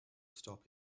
stop